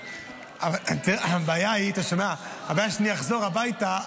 הבעיה היא שכשאני אחזור הביתה,